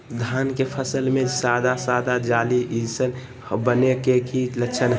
धान के फसल में सादा सादा जाली जईसन बने के कि लक्षण हय?